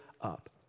up